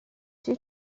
two